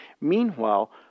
Meanwhile